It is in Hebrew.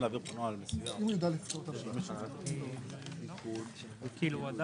הפנייה התקציבית נועדה להעברת עודפים משנת התקציב 22' לשנת